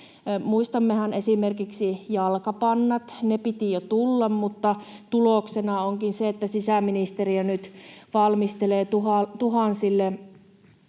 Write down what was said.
muistammehan esimerkiksi jalkapannat, ne piti jo tulla, mutta tuloksena onkin se, että sisäministeriö nyt valmistelee tuhansille